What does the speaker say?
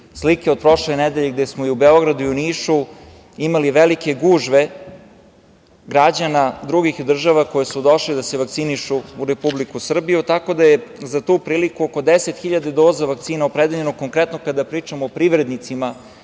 slike od prošle nedelje, gde smo i u Beogradu i Nišu imali velike gužve građana drugih država koji su došli da se vakcinišu u Republiku Srbiju, tako da je za tu priliku oko 10 hiljada doza vakcina opredeljeno. Konkretno, kada pričamo o privrednicima